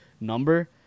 number